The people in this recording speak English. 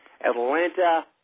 Atlanta